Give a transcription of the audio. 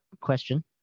question